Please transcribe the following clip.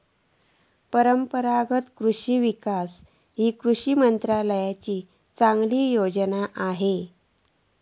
परंपरागत कृषि विकास ही कृषी मंत्रालयाची चांगली योजना असा